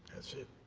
that's it,